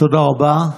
תודה רבה.